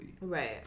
Right